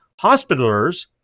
hospitalers